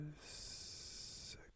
six